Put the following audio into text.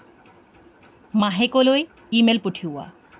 মাহেকলৈ email পঠিওৱা